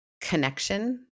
connection